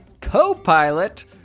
Copilot